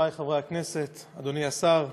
חברי חברי הכנסת, אדוני השר,